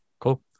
cool